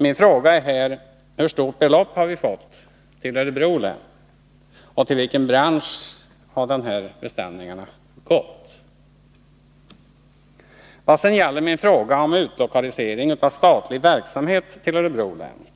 Min fråga är: Hur stort belopp har vi fått till Örebro län, och till vilken bransch har dessa beställningar gått? Vad sedan gäller min fråga om utlokalisering av statlig verksamhet till Örebro län